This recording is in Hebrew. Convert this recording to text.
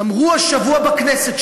אמרו השבוע בכנסת,